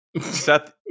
seth